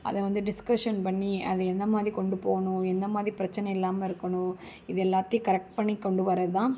அதை வந்து டிஸ்கஷன் பண்ணி அது எந்தமாதிரி கொண்டுபோகணும் எந்தமாதிரி பிரச்சினை இல்லாமல் இருக்கணும் இது எல்லாத்தையும் கரெக்ட் பண்ணி கொண்டு வர்றதுதான்